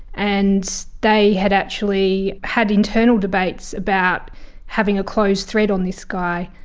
and they had actually had internal debates about having a closed thread on this guy,